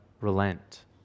relent